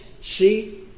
see